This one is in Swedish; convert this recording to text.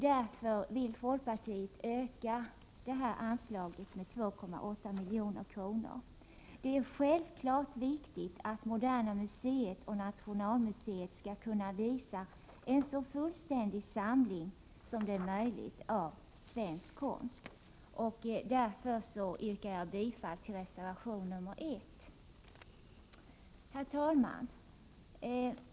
Därför vill folkpartiet öka anslaget med 2,8 milj.kr. Det är självfallet viktigt att Moderna museet och Nationalmuseet kan visa en så fullständig samling som möjligt av svensk konst. Därför yrkar jag bifall till reservation 1. Herr talman!